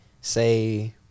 say